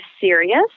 serious